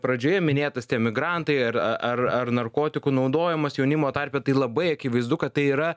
pradžioje minėtas tie emigrantai ar ar ar narkotikų naudojimas jaunimo tarpe tai labai akivaizdu kad tai yra